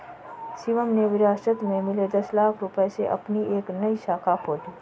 शिवम ने विरासत में मिले दस लाख रूपए से अपनी एक नई शाखा खोली